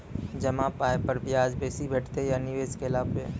जमा पाय पर ब्याज बेसी भेटतै या निवेश केला पर?